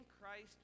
Christ